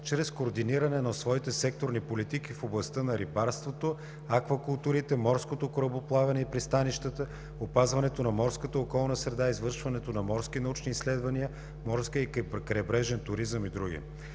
чрез координиране на своите секторни политики в областта на: рибарството, аквакултурите, морското корабоплаване и пристанищата, опазването на морската околна среда, извършването на морски научни изследвания, морския и крайбрежен туризъм и други.